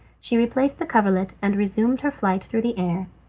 she replaced the coverlet and resumed her flight through the air.